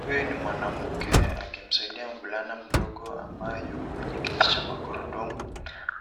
Huyu ni mwanamke akimsaidia mvulana mdogo ambaye yuko kwenye kiti cha magurudumu.